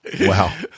wow